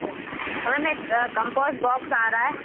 yes ma'am और ma'am एक compass box आ रहा है